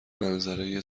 منظره